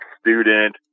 student